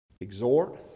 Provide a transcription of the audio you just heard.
exhort